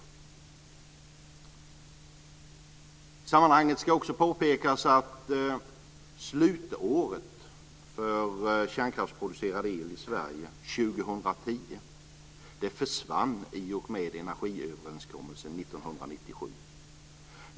I sammanhanget ska det också påpekas att slutåret för kärnkraftsproducerad el i Sverige, 2010, försvann i och med energiöverenskommelsen 1997.